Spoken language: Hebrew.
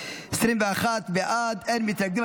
21 בעד, אין מתנגדים.